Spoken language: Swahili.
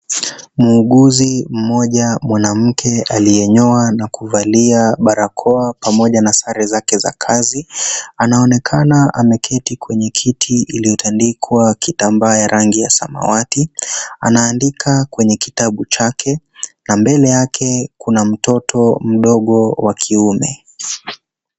Muuguzi mmoja mwanamke aliyenyoa na kuvalia barakoa pamoja na sare zake za kazi anaonekana ameketi kwenye kiti iliyotandikwa kitambaa ya rangi ya samawati, anaandika kwenye kitabu chake na mbele yake kuna mtoto mdogo wa kiume.